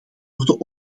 worden